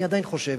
אני עדיין חושב